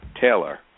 Taylor